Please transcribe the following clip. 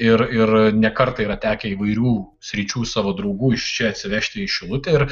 ir ir ne kartą yra tekę įvairių sričių savo draugų iš čia atsivežti į šilutę ir